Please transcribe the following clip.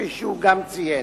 כפי שהוא גם ציין.